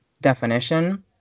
definition